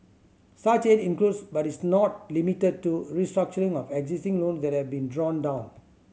such aid includes but is not limited to restructuring of existing loans that have been drawn down